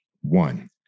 one